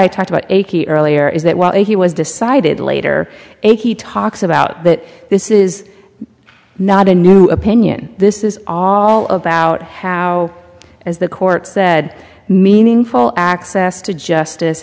i talked about earlier is that while he was decided later he talks about that this is not a new opinion this is all about how as the court said meaningful access to justice